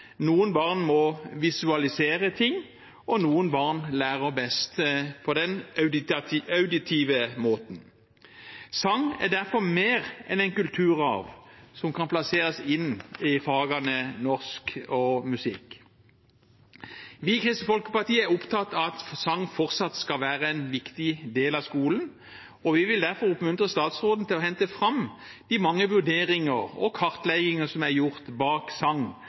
Noen barn må visualisere ting. Og noen barn lærer best på den auditive måten. Sang er derfor mer enn en kulturarv som kan plasseres inn i fagene norsk og musikk. Vi i Kristelig Folkeparti er opptatt av at sang fortsatt skal være en viktig del av skolen, og vi vil derfor oppmuntre statsråden til å hente fram de mange vurderinger og kartlegginger som er gjort